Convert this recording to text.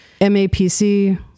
MAPC